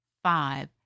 Five